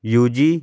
U G